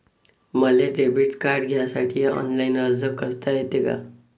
मले debit card घ्यासाठी online अर्ज करता येते का?